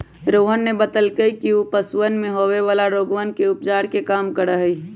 रोहन ने बतल कई कि ऊ पशुवन में होवे वाला रोगवन के उपचार के काम करा हई